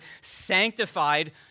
sanctified